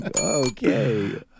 Okay